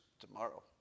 tomorrow